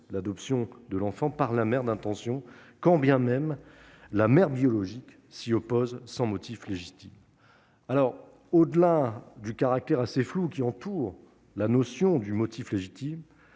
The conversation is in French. l'adoption de l'enfant par la mère d'intention, y compris quand la mère biologique « s'y oppose sans motif légitime ». Au-delà du caractère assez flou de la notion de motif légitime,